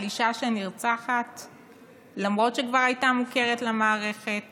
אישה שנרצחה למרות שכבר הייתה מוכרת למערכת